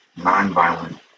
non-violent